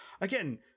Again